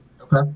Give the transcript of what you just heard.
Okay